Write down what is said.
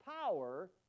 power